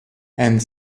and